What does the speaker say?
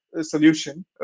solution